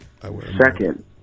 Second